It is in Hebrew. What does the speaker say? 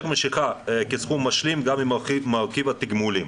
משיכה כסכום משלים גם מרכיב התגמולים.